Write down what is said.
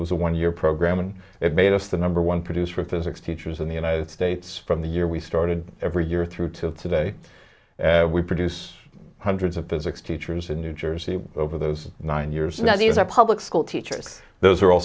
was a one year program and it made us the number one produce for physics teachers in the united states from the year we started every year through to today we produce hundreds of physics teachers in new jersey over those nine years now these are public school teachers those are all